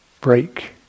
break